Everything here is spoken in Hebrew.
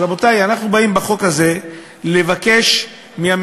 אז, רבותי, אנחנו באים בחוק הזה לבקש מהממשלה